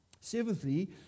Seventhly